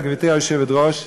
גברתי היושבת-ראש,